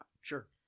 Sure